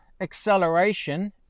acceleration